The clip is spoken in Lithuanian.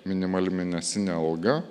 minimali mėnesinė alga